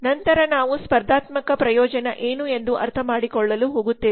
ನಂತರ ನಾವು ಸ್ಪರ್ಧಾತ್ಮಕಪ್ರಯೋಜನಏನು ಎಂದು ಅರ್ಥಮಾಡಿಕೊಳ್ಳಲು ಹೋಗುತ್ತೇವೆ